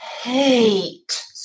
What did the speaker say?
hate